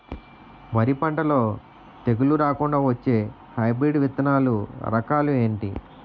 వరి పంటలో తెగుళ్లు రాకుండ వచ్చే హైబ్రిడ్ విత్తనాలు రకాలు ఏంటి?